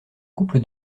couple